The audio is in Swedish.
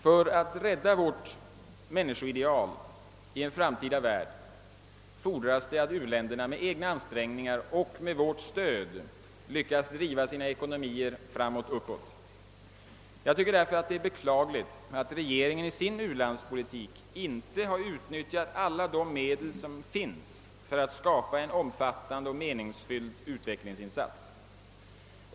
För att rädda vårt människoideal i en framtida värld fordras att u-länderna med egna ansträngningar och med vårt stöd lyckas driva sina ekonomier framåt—uppåt. Det är därför beklagligt att regeringen i sin u-landspolitik inte utnyttjat alla de medel som finns för att skapa en omfattande och meningsfylld utvecklingsinsats.